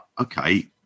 okay